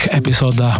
episode